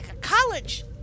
college